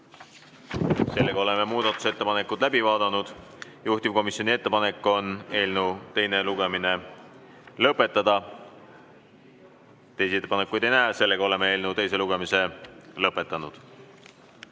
Oleme muudatusettepanekud läbi vaadanud. Juhtivkomisjoni ettepanek on eelnõu teine lugemine lõpetada. Teisi ettepanekuid ei näe, seega oleme eelnõu teise lugemise lõpetanud.